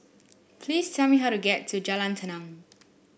please tell me how to get to Jalan Tenang